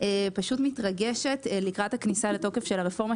פשוט מתרגשת לקראת הכניסה לתוקף של הרפורמה,